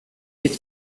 eight